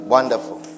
Wonderful